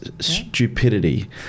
stupidity